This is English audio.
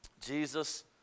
Jesus